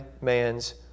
man's